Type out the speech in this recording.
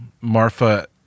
Marfa